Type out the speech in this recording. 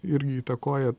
irgi įtakoja